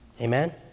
Amen